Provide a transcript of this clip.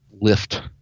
lift